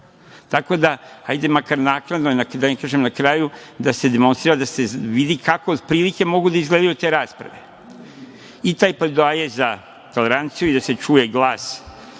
Tako da, hajde makar naknadno, da ne kažem na kraju, da se demonstrira, da se vidi kako otprilike mogu da izgledaju te rasprave. I taj pledoaje za toleranciju i da se čuje glas